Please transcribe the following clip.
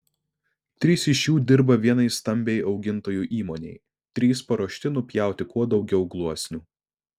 trys iš jų dirba vienai stambiai augintojų įmonei trys paruošti nupjauti kuo daugiau gluosnių